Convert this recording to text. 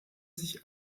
sich